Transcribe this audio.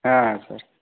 হ্যাঁ স্যার